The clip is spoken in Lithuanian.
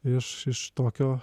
iš iš tokio